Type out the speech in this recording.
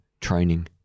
training